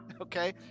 Okay